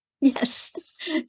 Yes